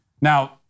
Now